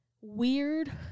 weird